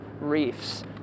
reefs